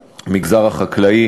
אינו נוכח טלב אבו עראר,